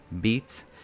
beats